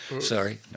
sorry